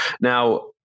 Now